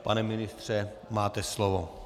Pane ministře, máte slovo.